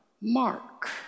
Mark